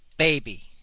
Baby